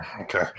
Okay